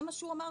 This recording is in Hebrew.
זה מה שהוא אמר,